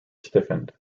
stiffened